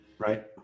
Right